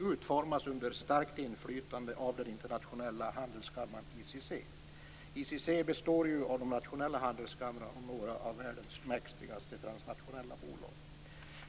utformas under starkt inflytande av den internationella handelskammaren ICC. ICC består ju av de nationella handelskamrarna och några av världens mäktigaste transnationella bolag.